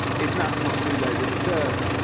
if not not too loaded a term,